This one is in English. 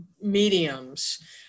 mediums